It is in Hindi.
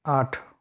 आठ